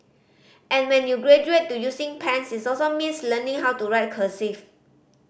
and when you graduate to using pens its also means learning how to write cursive